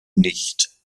nicht